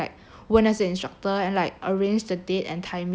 问哪些 instructor and like arrange a date and timing and like